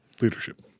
leadership